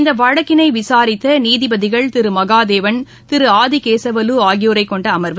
இந்தவழக்கினைவிளித்தநீதிபதிகள் Thirumahadevan திருஆதிகேசவலுஆகியோரைக் கொண்டஅம்வு